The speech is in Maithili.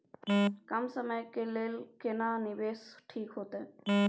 कम समय के लेल केना निवेश ठीक होते?